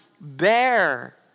bear